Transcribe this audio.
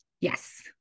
yes